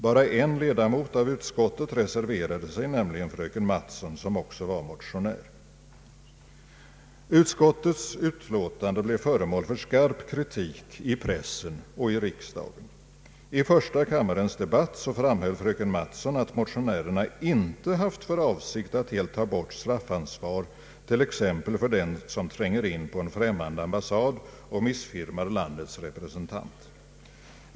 Bara en enda ledamot av utskottet reserverade sig, nämligen fröken Mattson, som också var motionär. Utskottets utlåtande blev föremål för skarp kritik i pressen och i riksdagen. I första kammarens debatt framhöll fröken Mattson att motionärerna inte haft för avsikt att helt ta bort straffansvar t.ex. för den som tränger in på en främmande ambassad och missfirmar landets representant.